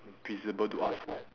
visible to us